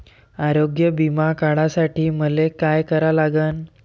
आरोग्य बिमा काढासाठी मले काय करा लागन?